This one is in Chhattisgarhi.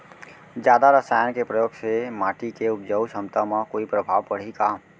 जादा रसायन के प्रयोग से माटी के उपजाऊ क्षमता म कोई प्रभाव पड़ही का?